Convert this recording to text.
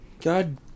God